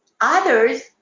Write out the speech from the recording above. Others